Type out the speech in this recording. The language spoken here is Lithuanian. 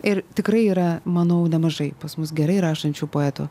ir tikrai yra manau nemažai pas mus gerai rašančių poetų